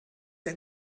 der